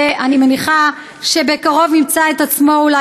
ואני מניחה שבקרוב ימצא את עצמו אולי